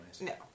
no